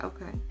Okay